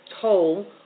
toll